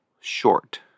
short